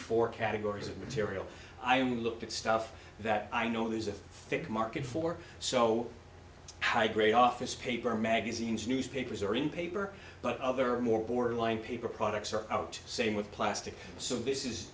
four categories of material i only look at stuff that i know there's a market for so high grade office paper magazines newspapers are in paper but other more borderline paper products are out same with plastic so this is